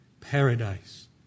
Paradise